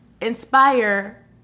inspire